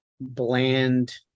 bland